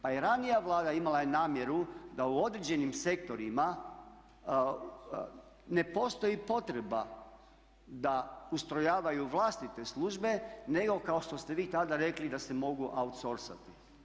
Pa i ranija Vlada je imala namjeru, da u određenim sektorima ne postoji potreba da ustrojavaju vlastite službe, nego kao što ste vi tada rekli da se mogu outsoursati.